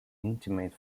intimate